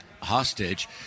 hostage